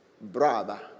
Brother